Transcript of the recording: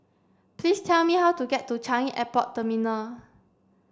please tell me how to get to Changi Airport Terminal